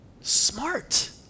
smart